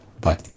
Bye